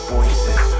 Voices